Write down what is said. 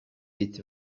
with